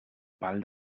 pal